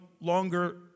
longer